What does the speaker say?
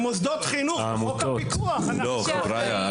במוסדות החינוך, בחוק הפיקוח אנחנו כן אחראים.